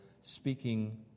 speaking